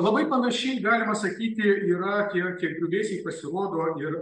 labai panašiai galima sakyti yra tie tie griuvėsiai pasirodo ir